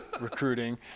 recruiting